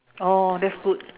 oh that's good